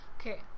Okay